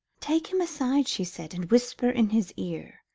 take him aside, she said, and whisper in his ear.